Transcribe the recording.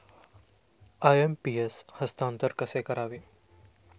IMPS हस्तांतरण कसे करावे?